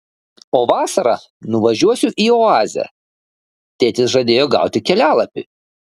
o vasarą nuvažiuosiu į oazę tėtis žadėjo gauti kelialapį